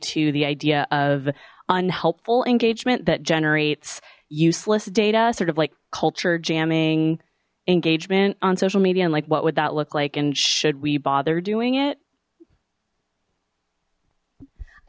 to the idea of unhelpful engagement that generates useless data sort of like culture jamming engagement on social media and like what would that look like and should we bother doing it i